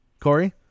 Corey